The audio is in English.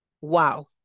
Wow